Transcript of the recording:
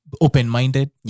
open-minded